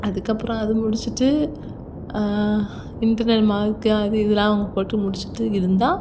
அதுக்கப்புறம் அது முடிச்சுட்டு இன்டர்னல் மார்க்கு அது இதெலாம் அவங்க போட்டு முடிச்சுட்டு இருந்தால்